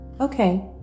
Okay